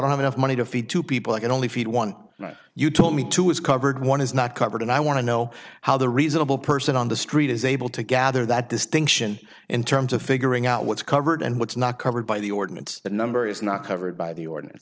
don't have enough money to feed two people i can only feed one night you told me two is covered one is not covered and i want to know how the reasonable person on the street is able to gather that distinction in terms of figuring out what's covered and what's not covered by the ordinance that number is not covered by the ordinance